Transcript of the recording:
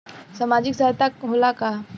सामाजिक सहायता होला का?